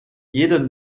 jeden